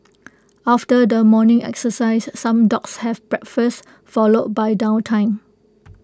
after the morning exercise some dogs have breakfast followed by downtime